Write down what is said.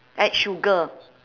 add sugar